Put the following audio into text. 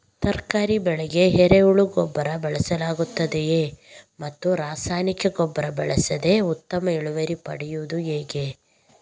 ತರಕಾರಿ ಬೆಳೆಗೆ ಎರೆಹುಳ ಗೊಬ್ಬರ ಬಳಸಲಾಗುತ್ತದೆಯೇ ಮತ್ತು ರಾಸಾಯನಿಕ ಗೊಬ್ಬರ ಬಳಸದೆ ಉತ್ತಮ ಇಳುವರಿ ಪಡೆಯುವುದು ಹೇಗೆ?